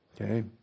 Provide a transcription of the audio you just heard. okay